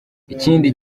ikindi